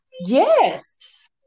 Yes